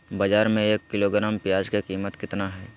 बाजार में एक किलोग्राम प्याज के कीमत कितना हाय?